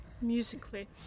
musically